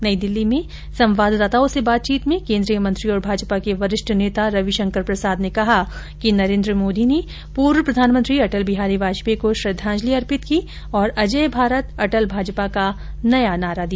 नई दिल्ली में संवाददाताओं से बातचीत में केंद्रीय मंत्री और भाजपा के वरिष्ठ नेता रविशंकर प्रसाद ने कहा कि नरेन्द्र मोदी ने पूर्व प्रधानमंत्री अटल बिहारी वाजपेयी को श्रद्दांजलि अर्पित की और अजेय भारत अटल भाजपा का नया नारा दिया